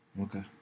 Okay